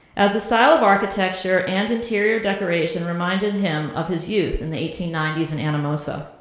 as the style of architecture and interior decoration reminded him of his youth in the eighteen ninety s in anamosa.